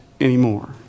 anymore